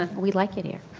we like it here.